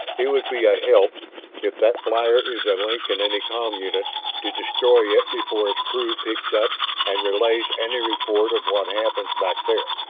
it would be a help if that flyer is a link in any com unit to destroy it before its crew picks up and relays any report of what happens back there.